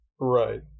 right